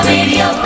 Radio